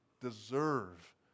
deserve